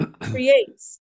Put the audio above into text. creates